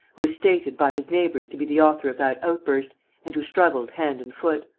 who was stated by his neighbours to be the author of that outburst and who struggled hand and foot.